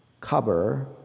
cover